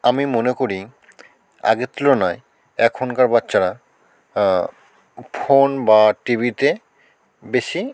আমি মনে করি আগের তুলনায় এখনকার বাচ্চারা ফোন বা টি ভিতে বেশি